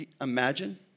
imagine